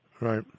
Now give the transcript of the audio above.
Right